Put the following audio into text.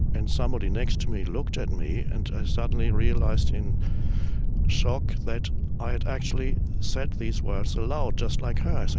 and somebody next to me looked at me and i suddenly realized in shock that i had actually said these words aloud just like her. so